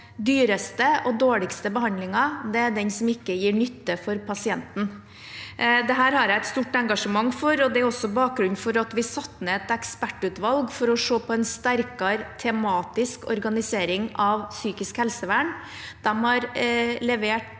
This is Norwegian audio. dyreste og dårligste behandlingen er den som ikke gir nytte for pasienten. Dette har jeg et stort engasjement for, og det er også bakgrunnen for at vi satte ned et ekspertutvalg for å se på en sterkere tematisk organisering av psykisk helsevern. De har levert